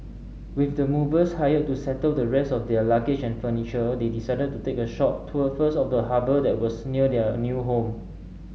with the movers hired to settle the rest of their luggage and furniture they decided to take a short tour first of the harbour that was near their new home